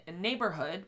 neighborhood